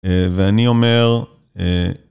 ואני אומר...